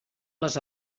les